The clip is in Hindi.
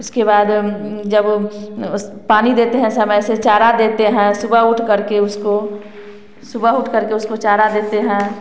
उसके बाद जब उस पानी देते हैं समय से चारा देते हैं सुबह उठकर के उसको सुबह उठकर के उसको चारा देते हैं